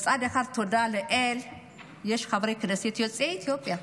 מצד אחד תודה לאל שיש חברי כנסת יוצאי אתיופיה,